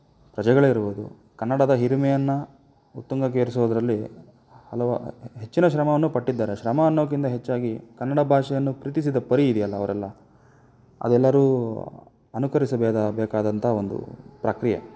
ಪ್ರಜೆಗಳೇ ಇರ್ಬೋದು ಕನ್ನಡದ ಹಿರಿಮೆಯನ್ನು ಉತ್ತುಂಗಕ್ಕೆ ಏರಿಸೋದರಲ್ಲಿ ಹಲವು ಹೆಚ್ಚಿನ ಶ್ರಮವನ್ನು ಪಟ್ಟಿದ್ದಾರೆ ಶ್ರಮ ಅನ್ನೋದ್ಕಿಂತ ಹೆಚ್ಚಾಗಿ ಕನ್ನಡ ಭಾಷೆಯನ್ನು ಪ್ರೀತಿಸಿದ ಪರಿ ಇದೆಯಲ್ಲ ಅವರೆಲ್ಲ ಅದು ಎಲ್ಲರೂ ಅನುಕರಿಸಬೇಕಾದ ಬೇಕಾದಂಥ ಒಂದು ಪ್ರಕ್ರಿಯೆ